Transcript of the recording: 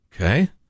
Okay